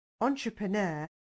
entrepreneur